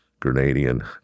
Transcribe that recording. Grenadian